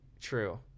True